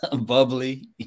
bubbly